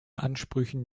ansprüchen